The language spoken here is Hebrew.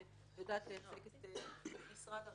שיודעת לייצג את משרד הרווחה.